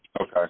Okay